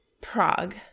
Prague